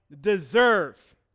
deserve